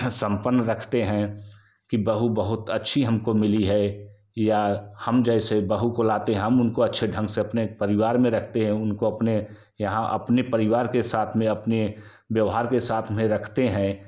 संपन्न रखते हैं की बहु बहुत अच्छी हमको मिली है या हम जैसे बहू को लाते हैं हम उनको अच्छे ढंग से अपने परिवार में रखते हैं उनको अपने यहाँ अपने परिवार के साथ में अपने व्यवहार के साथ में रखते हैं